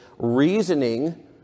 Reasoning